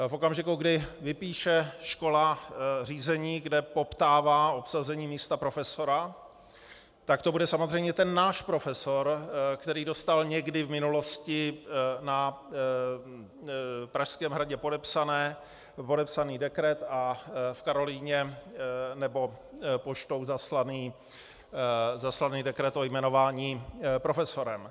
V okamžiku, kdy vypíše škola řízení, kde poptává obsazení místa profesora, tak to bude samozřejmě ten náš profesor, který dostal někdy v minulosti na Pražském hradě podepsaný dekret a v Karolinu nebo poštou zaslaný dekret o jmenování profesorem.